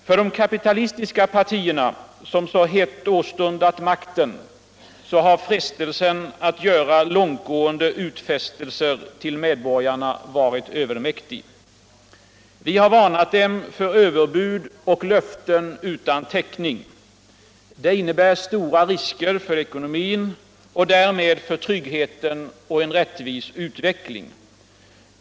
För de kapitalistiska partiernä, som så hett åstundat makteon, har frostelsen att göra längtgående utfästelser uill medborgarna varit övermäktig. Vi har varnat dem för överbud och löften utan täckning. Det innebiär stora risker för cekonomin, och därmed för tryggheten och en rättvis utveckling.